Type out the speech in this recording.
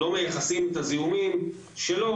לא מייחסים את הזיהומים שלו,